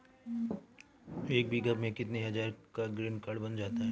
एक बीघा में कितनी हज़ार का ग्रीनकार्ड बन जाता है?